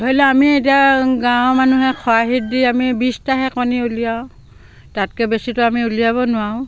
ধৰি লওক আমি এতিয়া গাঁৱৰ মানুহে খৰাহিত দি আমি বিছটাহে কণী উলিয়াওঁ তাতকৈ বেছিতো আমি উলিয়াব নোৱাৰোঁ